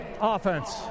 Offense